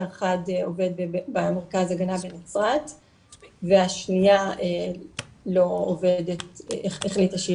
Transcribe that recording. שאחד עובד במרכז ההגנה בנצרת והשנייה החליטה שהיא